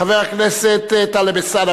חבר הכנסת טלב אלסאנע,